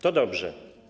To dobrze.